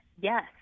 Yes